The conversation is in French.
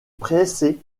pressé